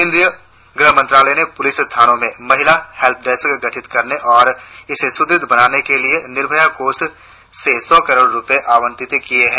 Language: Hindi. केंद्रीय गृह मंत्रालय ने पुलिस थानों में महिला हेल्प डेस्क गठित करने और इसे सुदृढ़ बनाने के लिए निर्भाया कोष से सौ करोड़ रुपये आवंटित किए हैं